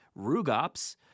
Rugops